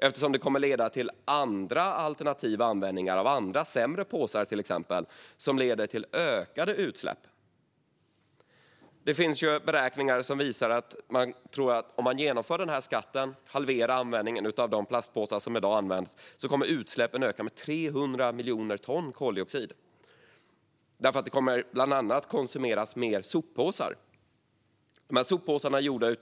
Det kommer nämligen att leda till annan alternativ användning av till exempel sämre påsar, vilket leder till ökade utsläpp. Beräkningar visar att om man inför denna skatt och halverar användningen av de plastpåsar som används i dag kommer utsläppen att öka med 300 miljoner ton koldioxid, eftersom man bland annat kommer att konsumera fler soppåsar. Dessa soppåsar är gjorda